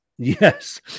Yes